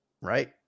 right